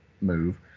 move